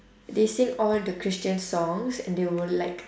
they sing all the christian songs and they will like